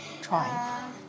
Try